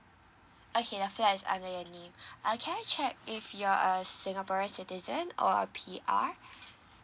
okay the flat is under your name uh can I check if you're a singaporean citizen or a P_R